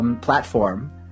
platform